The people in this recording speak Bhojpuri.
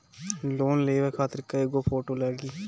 लोन लेवे खातिर कै गो फोटो लागी?